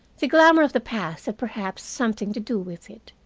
the glamor of the past had perhaps something to do with it.